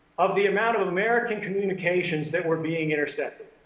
of the amount of american communications that were being intercepted.